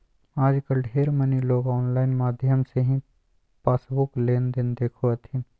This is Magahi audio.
आजकल ढेर मनी लोग आनलाइन माध्यम से ही पासबुक लेनदेन देखो हथिन